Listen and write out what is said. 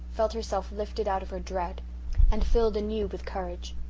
felt herself lifted out of her dread and filled anew with courage.